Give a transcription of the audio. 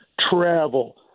travel